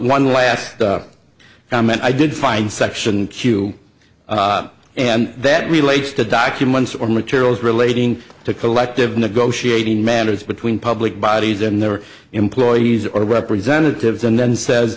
one last comment i did find section q and that relates to documents or materials relating to collective negotiating matters between public bodies and their employees or representatives and then says